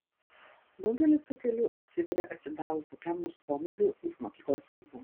daugelis tų kelių atsiveria atsidavus kokiam nors pomėgiui už mokyklos ribų